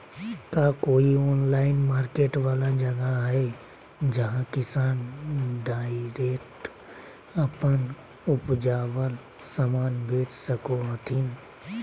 का कोई online market वाला जगह हइ जहां किसान डायरेक्ट अप्पन उपजावल समान बेच सको हथीन?